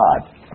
God